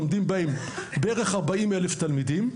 לומדים בערך 40 אלף תלמידים,